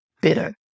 bitter